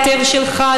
ההיתר שלך,